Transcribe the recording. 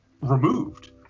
removed